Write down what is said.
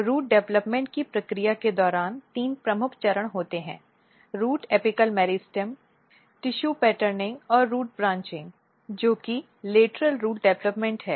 root development की प्रक्रिया के दौरान तीन प्रमुख चरण होते हैं root apical meristem tissue patterning और रूट ब्रांचिंग जो कि लेटरल रूट डेवलपमेंट है